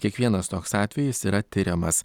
kiekvienas toks atvejis yra tiriamas